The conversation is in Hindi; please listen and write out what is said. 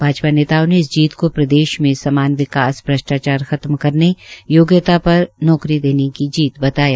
भाजपा ने इस जीत को प्रदेश में समान विकास भ्रष्टाचार खत्म करने योग्यता पर नौकरी देने की जीत बताया